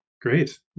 Great